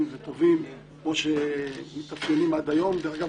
וטובים כמו שמתאפיינים עד היום דרך אגב,